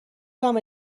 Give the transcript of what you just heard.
کنم